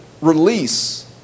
release